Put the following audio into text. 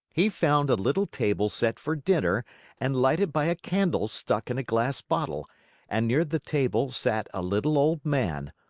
he found a little table set for dinner and lighted by a candle stuck in a glass bottle and near the table sat a little old man,